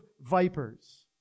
vipers